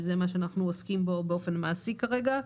ובזה אנחנו עוסקים באופן מעשי כרגע.